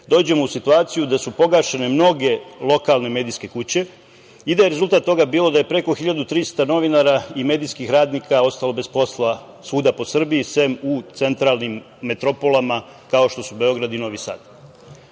dođemo u situaciju da su pogašene mnoge lokalne medijske kuće i da je rezultat toga bio da je preko 1.300 novinara i medijskih radnika ostalo bez posla svuda po Srbiji sem u centralnim metropolama, kao što su Beograd i Novi